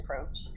approach